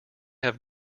have